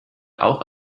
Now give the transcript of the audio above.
auch